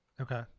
Okay